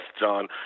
John